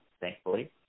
thankfully